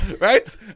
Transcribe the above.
Right